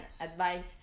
advice